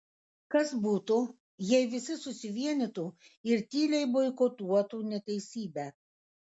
kas būtų jei visi susivienytų ir tyliai boikotuotų neteisybę